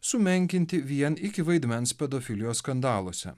sumenkinti vien iki vaidmens pedofilijos skandaluose